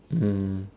mm